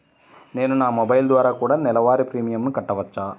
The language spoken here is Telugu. నేను నా మొబైల్ ద్వారా కూడ నెల వారి ప్రీమియంను కట్టావచ్చా?